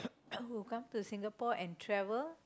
come to Singapore and travel